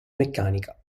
meccanica